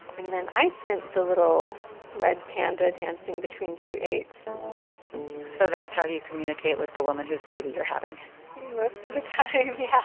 and then i sent the little red panda dancing between two eights so that's how you communicate with the woman whose baby you're having most of the time, yeah